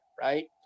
right